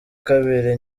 kabiri